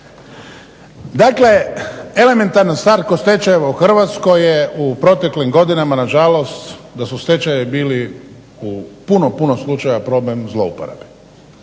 Dakle, elementarna stvar kod stečajeva u Hrvatskoj je u proteklim godinama nažalost da su stečajevi bili u puno, puno slučajeva problem zlouporabe.